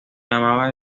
llamaba